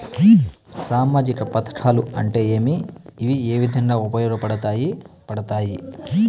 సామాజిక పథకాలు అంటే ఏమి? ఇవి ఏ విధంగా ఉపయోగపడతాయి పడతాయి?